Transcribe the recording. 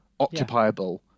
occupiable